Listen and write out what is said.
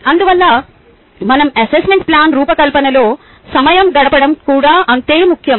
అందువల్ల మనం assessment plan రూపకల్పనలో సమయం గడపడం కూడా అంతే ముఖ్యం